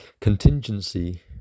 Contingency